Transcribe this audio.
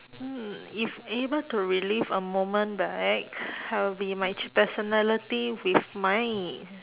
hmm if able to relive a moment back I would be my che~ personality with my